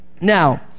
Now